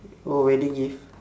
oh wedding gift